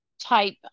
type